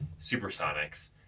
supersonics